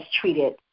treated